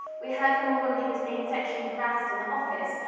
we heard from a woman who was being sexually harassed in the office,